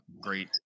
great